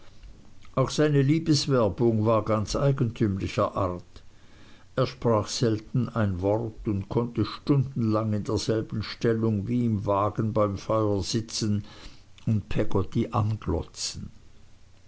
auch seine liebeswerbung war ganz eigentümlicher art er sprach selten ein wort und konnte stundenlang in derselben stellung wie im wagen beim feuer sitzen und peggotty anglotzen